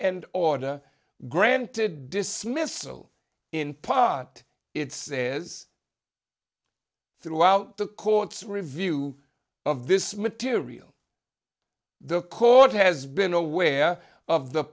and order granted dismissal in pot it's a is throughout the court's review of this material the court has been aware of the